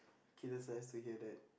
K that's nice to hear that